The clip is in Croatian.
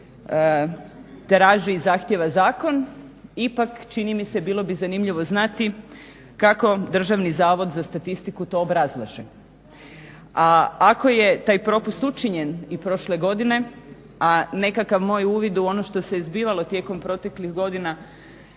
kako traži i zahtjeva zakon ipak čini mi se bilo bi zanimljivo znati kako Državni zavod za statistiku to obrazlaže. A ako je taj propust učinjen i prošle godine, a nekakav moj uvid u ono što se je zbivalo tijekom proteklih godina